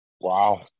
Wow